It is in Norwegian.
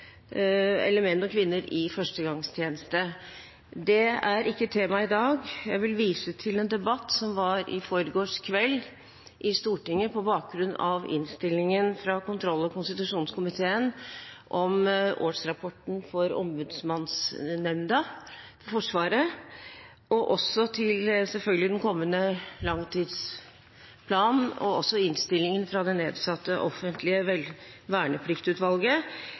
Det er ikke temaet i dag. Jeg vil vise til en debatt som var i forgårs kveld i Stortinget, på bakgrunn av innstillingen fra kontroll- og konstitusjonskomiteen om årsrapporten for Ombudsmannsnemnda for Forsvaret, og også selvfølgelig til den kommende langtidsplanen og til innstillingen fra det nedsatte offentlige vernepliktutvalget.